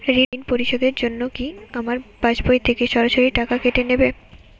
ঋণ পরিশোধের জন্য কি আমার পাশবই থেকে সরাসরি টাকা কেটে নেবে?